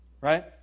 Right